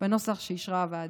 בנוסח שאישרה הוועדה.